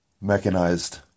mechanized